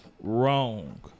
wrong